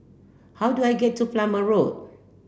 how do I get to Plumer Road